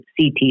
CT